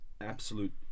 absolute